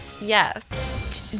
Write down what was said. Yes